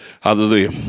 Hallelujah